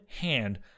hand